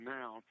now